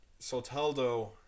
Soteldo